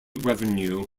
revenue